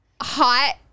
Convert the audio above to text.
hot